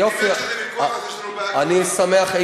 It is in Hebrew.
אני אספר לך,